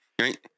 right